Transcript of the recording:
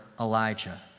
Elijah